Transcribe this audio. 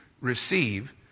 receive